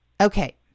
Okay